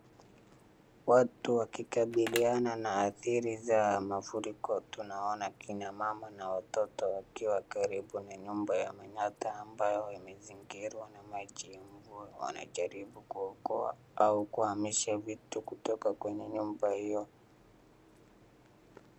Watu wakikabiliana na adhiri za mafuriko. Tunaona kina mama na watoto wakiwa karibu na nyumba ya manyatta ambayo yamezingirwa na maji mvua wanajaribu kuokoa au kuhamisha vitu kutoka kwa nyumba hiyo.